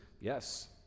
Yes